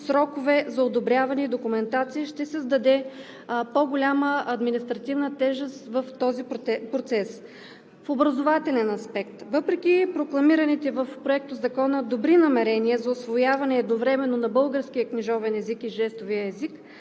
срокове за одобряване и документация, и ще създаде по-голяма административна тежест в този процес. В образователен аспект – въпреки прокламираните в Проектозакона добри намерения за усвояване едновременно на българския книжовен език и на жестовия език,